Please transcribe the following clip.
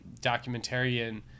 documentarian